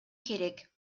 керек